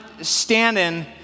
standing